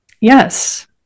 yes